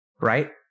Right